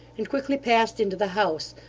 and quickly passed into the house,